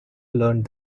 learned